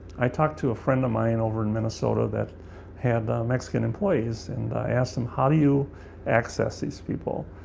i talked to a friend of mine over in minnesota that had mexican employees, and i asked him, how do you access these people?